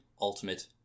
Ultimate